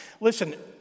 Listen